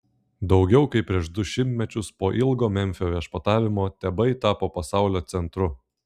daugiau kaip prieš du šimtmečius po ilgo memfio viešpatavimo tebai tapo pasaulio centru